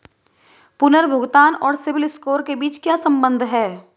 पुनर्भुगतान और सिबिल स्कोर के बीच क्या संबंध है?